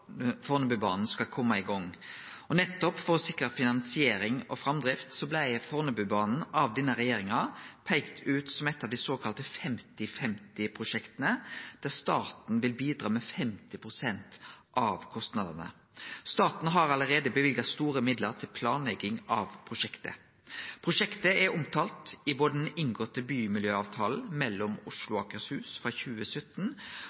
skal kome i gang. Nettopp for å sikre finansiering og framdrift blei Fornebubanen av denne regjeringa peikt ut som eit av dei såkalla 50/50-prosjekta, der staten vil bidra med 50 pst. av kostnadene. Staten har allereie løyvd store midlar til planlegging av prosjektet. Prosjektet er omtalt både i den inngåtte bymiljøavtalen mellom